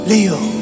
Leo